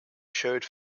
showed